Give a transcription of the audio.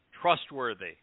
trustworthy